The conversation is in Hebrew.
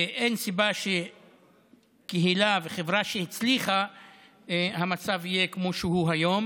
ואין סיבה שבקהילה ובחברה שהצליחה המצב יהיה כמו שהוא היום.